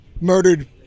murdered